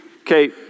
okay